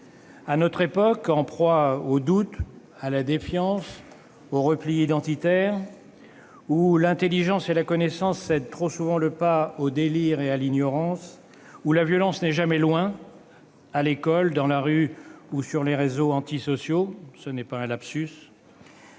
À notre époque en proie au doute, à la défiance, au repli identitaire, où l'intelligence et la connaissance cèdent trop souvent le pas au délire et à l'ignorance, où la violence n'est jamais loin, à l'école, dans la rue ou sur les réseaux antisociaux- ce n'est pas un lapsus